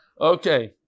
okay